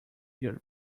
your